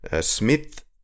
Smith